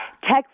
text